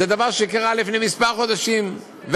זה דבר שקרה לפני חודשים מספר,